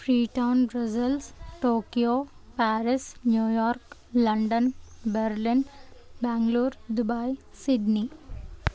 Freetown Brussels Tokyo Paris New York London Berlin Bengaluru Dubai Sydney